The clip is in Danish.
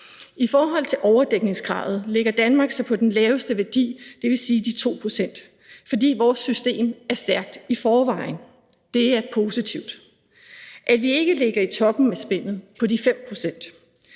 I forhold til overdækningskravet lægger Danmark sig på den laveste værdi, dvs. de 2 pct., fordi vores system er stærkt i forvejen. Det er positivt, at vi ikke ligger i toppen af spændet på de 5